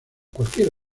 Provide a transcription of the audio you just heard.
cualquier